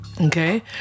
Okay